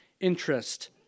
interest